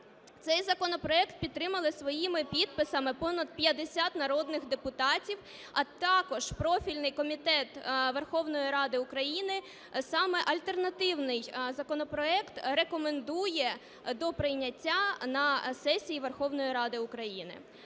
Цей законопроект підтримали своїми підписами понад 50 народних депутатів, а також профільний комітет Верховної Ради України саме альтернативний законопроект рекомендує до прийняття на сесії Верховної Ради України.